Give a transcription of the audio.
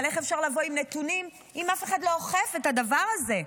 אבל איך אפשר לבוא עם נתונים אם אף אחד לא אוכף את הדבר הזה?